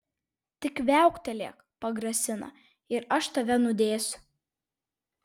tik viauktelėk pagrasina ir aš tave nudėsiu